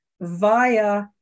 via